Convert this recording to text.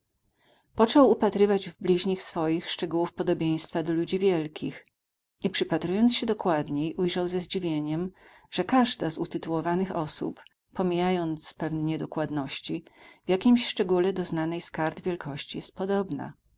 upatrywać w bliźnich swoich szczegółów podobieństwa do ludzi wielkich i przypatrując się dokładniej ujrzał ze zdziwieniem że każda z utytułowanych osób pomijając pewne niedokładności w jakimś szczególe do znanej z kart wielkości jest podobna